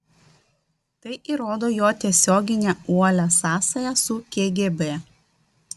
tai įrodo jo tiesioginę uolią sąsają su kgb